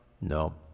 No